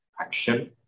action